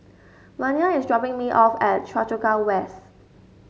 Vernia is dropping me off at Choa Chu Kang West